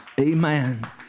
Amen